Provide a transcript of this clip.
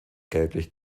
gelblich